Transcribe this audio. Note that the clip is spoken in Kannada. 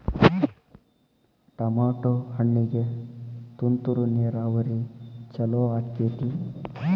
ಟಮಾಟೋ ಹಣ್ಣಿಗೆ ತುಂತುರು ನೇರಾವರಿ ಛಲೋ ಆಕ್ಕೆತಿ?